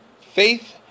Faith